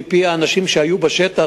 מפי האנשים שהיו בשטח,